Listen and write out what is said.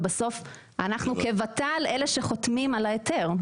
בסוף, אנחנו כות"ל, אלה שחותמים על ההיתר.